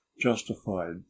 justified